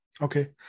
okay